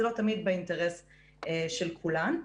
זה לא תמיד באינטרס של כולן,